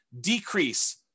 decrease